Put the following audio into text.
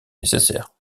nécessaires